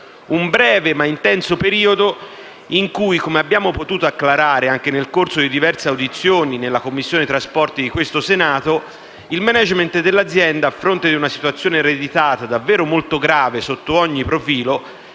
Un breve ma intenso periodo in cui, come abbiamo potuto acclarare anche nel corso di diverse audizioni nella Commissione trasporti di questo Senato, il *management* dell'azienda, a fronte di una situazione ereditata davvero molto grave sotto ogni profilo,